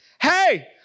hey